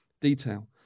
detail